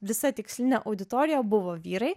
visa tikslinė auditorija buvo vyrai